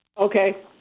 Okay